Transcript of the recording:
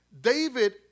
David